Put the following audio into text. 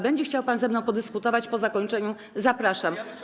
Będzie chciał pan ze mną podyskutować po zakończeniu - zapraszam.